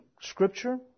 Scripture